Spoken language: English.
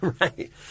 Right